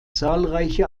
zahlreiche